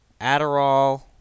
Adderall